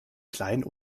klein